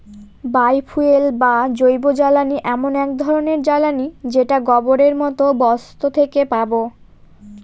বায় fuel বা জৈবজ্বালানী এমন এক ধরনের জ্বালানী যেটা গোবরের মতো বস্তু থেকে পাবো